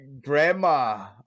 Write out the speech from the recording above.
Grandma